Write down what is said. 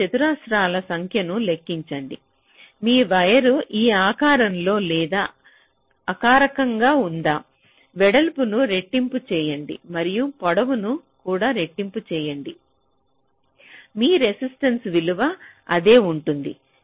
మీరు చతురస్రాల సంఖ్యను లెక్కించండి మీ వైర్ ఈ ఆకారంలో లేదా కారకంగా ఉందా వెడల్పును రెట్టింపు చేయండి మరియు పొడవును కూడా రెట్టింపు చేయండి మీ రెసిస్టెన్స విలువ అదే ఉంటుంది